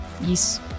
Yes